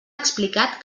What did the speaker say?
explicat